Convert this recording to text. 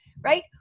right